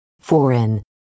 foreign